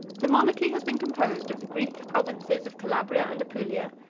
the monarchy has been composed of the greek provinces of calabria and apulia,